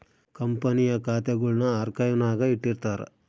ಕಂಪನಿಯ ಖಾತೆಗುಳ್ನ ಆರ್ಕೈವ್ನಾಗ ಇಟ್ಟಿರ್ತಾರ